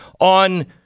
on